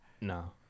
no